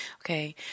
Okay